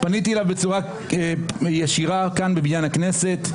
ופניתי אליו בצורה ישירה כאן בבניין הכנסת,